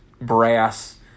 brass